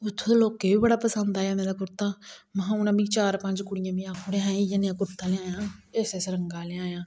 उत्थूं दे लोकें गी बड़ी पसंद आया थुआढ़ा कुर्ता चार पंज कुडियें मि आक्खी ओड़ेआ इयै नेहा कुर्ता लेई आयां इस इस रंग दा लेई आयां